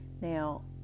Now